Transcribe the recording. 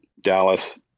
Dallas